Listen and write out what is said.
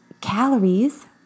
calories